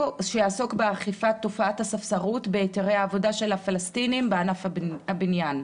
שיעסוק באכיפת תופעת הספסרות בהיתרי העבודה של הפלסטינים בענף הבניין.